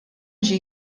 ġie